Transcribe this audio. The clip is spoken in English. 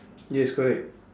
yes correct